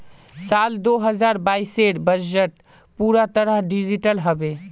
साल दो हजार बाइसेर बजट पूरा तरह डिजिटल हबे